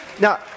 Now